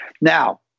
Now